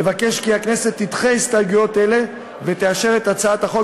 אבקש כי הכנסת תדחה את ההסתייגויות ותאשר את הצעת החוק